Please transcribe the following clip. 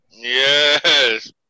Yes